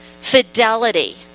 fidelity